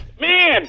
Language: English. Man